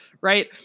right